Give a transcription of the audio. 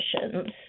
conditions